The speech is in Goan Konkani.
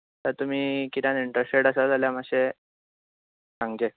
तर तुमी कित्याक इंट्रस्टड आसा जाल्यार मातशे सांगचें